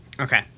Okay